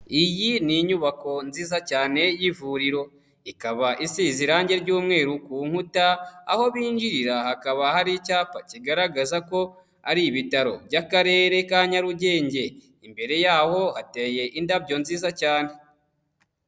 Iyi ni inyubako nziza cyane y'ivuriro, ikaba isize irangi ry'umweru ku nkuta, aho binjirira hakaba hari icyapa kigaragaza ko ari ibitaro by'akarere ka Nyarugenge, imbere yaho hateye indabyo nziza cyane.